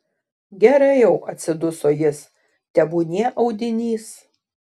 gerai jau atsiduso jis tebūnie audinys